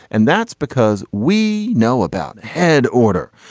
and that's because we know about ahead order.